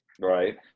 Right